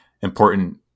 important